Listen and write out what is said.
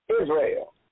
Israel